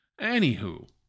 Anywho